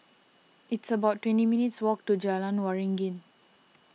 it's about twenty minutes' walk to Jalan Waringin